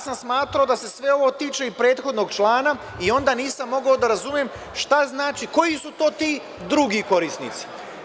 Smatrao sam da se sve ovo tiče i prethodnog člana i onda nisam mogao da razumem šta znači, koji su to drugi korisnici.